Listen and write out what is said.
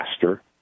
faster